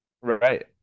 right